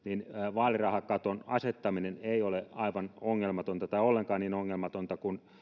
vaalirahakaton asettaminen ei ole aivan ongelmatonta tai ollenkaan niin ongelmatonta kuin